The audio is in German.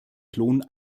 klon